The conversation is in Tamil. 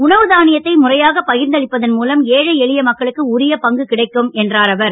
உணவு தானியத்தை முறையாக பகிர்ந்து அளிப்பதன் மூலம் ஏழை எளிய மக்களுக்கு உரிய பங்கு கிடைக்கும் என்றார் அவர்